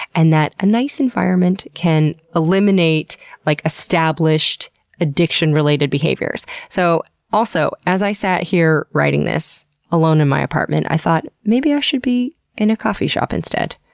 and that a nice environment can eliminate like established addiction-related behaviors. so as i sat here writing this alone in my apartment, i thought maybe i should be in a coffee shop instead.